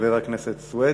חבר הכנסת סוייד?